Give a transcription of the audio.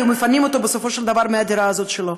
היו מפנים אותו בסופו של דבר מהדירה הזאת שלו.